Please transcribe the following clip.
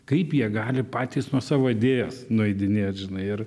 kaip jie gali patys nuo savo idėjos nueidinėt žinai ir